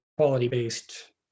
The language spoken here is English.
quality-based